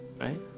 Right